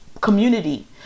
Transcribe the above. community